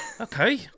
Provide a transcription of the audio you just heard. okay